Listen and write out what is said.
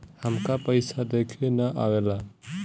हमका पइसा देखे ना आवेला?